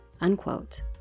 unquote